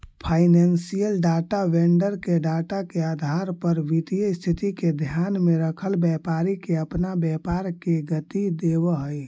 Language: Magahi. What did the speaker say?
फाइनेंशियल डाटा वेंडर के डाटा के आधार पर वित्तीय स्थिति के ध्यान में रखल व्यापारी के अपना व्यापार के गति देवऽ हई